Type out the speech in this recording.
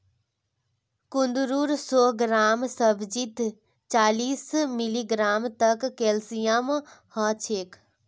कुंदरूर सौ ग्राम सब्जीत चालीस मिलीग्राम तक कैल्शियम ह छेक